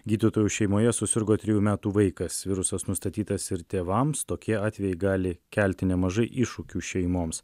gydytojų šeimoje susirgo trijų metų vaikas virusas nustatytas ir tėvams tokie atvejai gali kelti nemažai iššūkių šeimoms